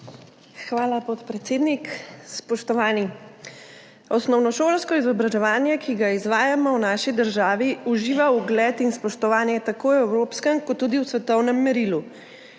Hvala, podpredsednik. Spoštovani! Osnovnošolsko izobraževanje, ki ga izvajamo v naši državi, uživa ugled in spoštovanje tako v evropskem kot tudi v svetovnem merilu.